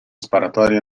sparatoria